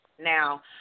Now